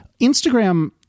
Instagram